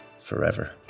forever